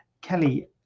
kelly